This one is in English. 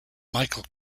michael